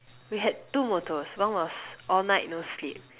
we had two motto's one was all night no sleep